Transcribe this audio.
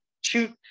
shoot